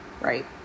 Right